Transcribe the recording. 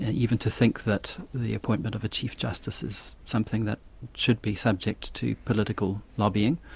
even to think that the appointment of a chief justice is something that should be subject to political lobbying.